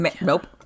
Nope